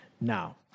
Now